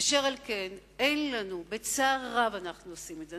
אשר על כן, אין לנו, בצער רב אנחנו עושים את זה.